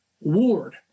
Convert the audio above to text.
Ward